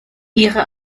ihre